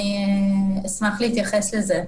אני אשמח להתייחס לזה.